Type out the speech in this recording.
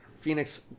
Phoenix